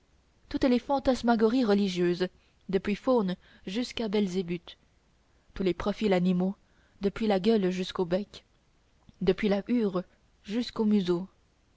toutes les fantasmagories religieuses depuis faune jusqu'à belzébuth tous les profils animaux depuis la gueule jusqu'au bec depuis la hure jusqu'au museau